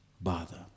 bother